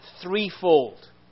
threefold